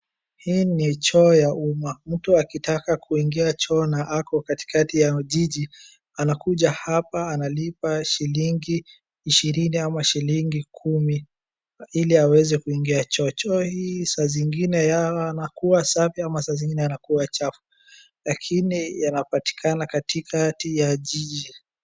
Hii ni choo ya uma. Mtu akitaka kuingia choo na ako katikati ya jiji, anakuja hapa analipa shilingi ishirini ama shilingi kumi ,ili aweze kuingia choo. Choo hii sa zingine ya anakuwa safi ama sa zingine anakuwa chafu, lakini anapatikana katikati ya jiji.